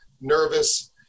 nervous